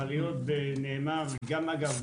אגב,